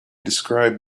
described